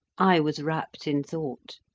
i was rapt in thought,